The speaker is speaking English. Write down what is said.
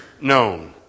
known